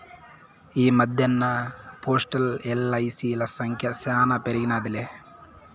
ఈ మద్దెన్న పోస్టల్, ఎల్.ఐ.సి.ల సంఖ్య శానా పెరిగినాదిలే